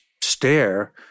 stare